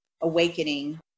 awakening